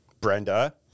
Brenda